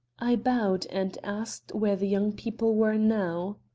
i bowed and asked where the young people were now.